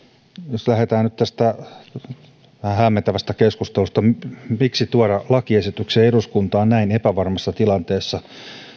jos lähdetään nyt tästä vähän hämmentävästä keskustelusta siitä miksi tuoda lakiesityksiä eduskuntaan näin epävarmassa tilanteessa